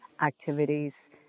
activities